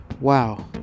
Wow